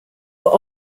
were